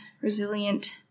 resilient